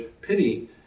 pity